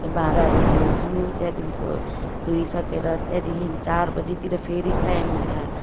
भाँडाहरू धुन्छु त्यहाँदेखिको धोइसकेर त्यहाँदेखि चार बजीतिर फेरि टाइम हुन्छ